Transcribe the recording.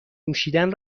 نوشیدن